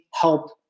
help